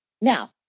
Now